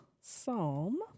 Psalm